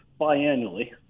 biannually